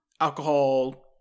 alcohol